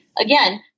again